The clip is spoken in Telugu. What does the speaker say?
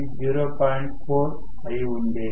4 అయి ఉండేది